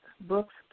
books